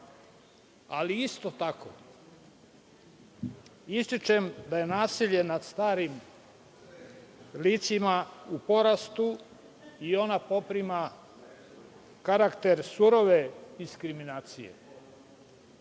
Isto tako, ističem da je nasilje nad starim licima u porastu i ono poprima karakter surove diskriminacije.